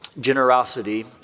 generosity